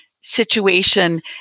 situation